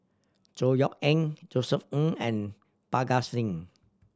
Chor Yeok Eng Josef Ng and Parga Singh